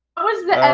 what was the